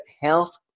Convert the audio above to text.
Health